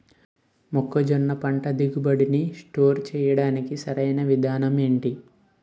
మొక్కజొన్న పంట దిగుబడి నీ స్టోర్ చేయడానికి సరియైన విధానం ఎంటి?